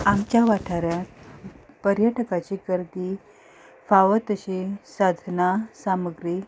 आमच्या वाठारान पर्यटकाची गर्दी फावो तशी साधना सामग्री